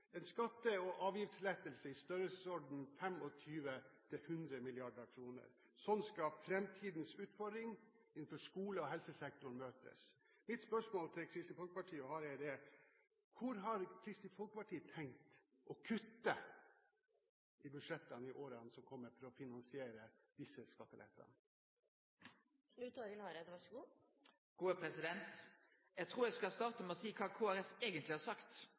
en skatte- og avgiftslette i størrelsesorden 25 til 100 mrd. kr. Slik skal framtidens utfordring innen skole- og helsesektoren møtes. Mitt spørsmål til Kristelig Folkeparti og Hareide er: Hvor har Kristelig Folkeparti tenkt å kutte i budsjettene i årene som kommer for å finansiere disse skattelettene? Eg trur eg skal starte med å seie kva Kristeleg Folkeparti eigentleg har sagt.